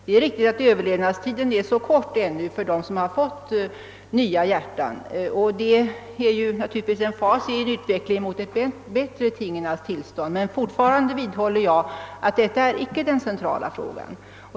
Det är riktigt att överlevandetiden för dem som fått ett nytt hjärta ännu är kort, men vi befinner oss naturligtvis i en utvecklingsfas på väg mot ett stadium där utsikterna för dessa patienter blir bättre. Jag vidhåller dock fortfarande att detta inte är den centrala frågan.